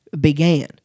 began